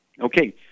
Okay